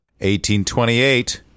1828